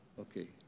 Okay